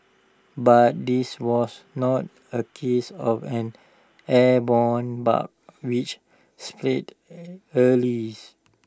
but this was not A case of an airborne bug which spreads early